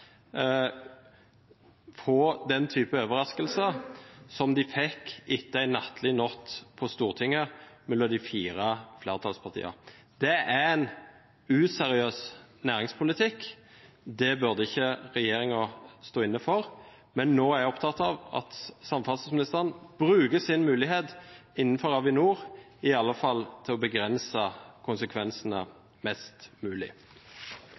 få den typen overraskelse som de fikk etter en natt de fire flertallspartiene hadde på Stortinget. Det er en useriøs næringspolitikk – det burde ikke regjeringen stå inne for. Men nå er jeg opptatt av at samferdselsministeren bruker sin mulighet innenfor Avinor til i alle fall å begrense konsekvensene mest mulig.